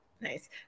Nice